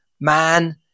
Man